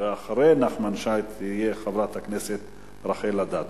ואחרי נחמן שי תהיה חברת הכנסת רחל אדטו.